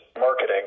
marketing